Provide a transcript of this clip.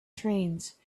trains